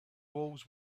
walls